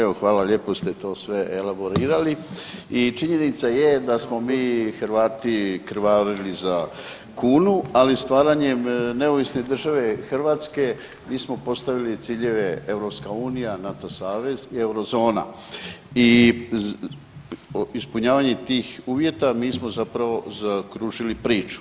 Evo, hvala, lijepo ste to sve elaborirali i činjenica je da smo mi Hrvati krvarili za kunu, ali stvaranjem neovisne države Hrvatske mi smo postavili ciljeve, EU, NATO savez, Eurozona i ispunjavanjem tih uvjeta, mi smo zapravo zaokružili priču.